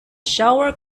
shower